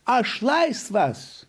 aš laisvas